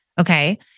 Okay